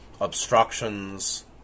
obstructions